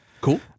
Cool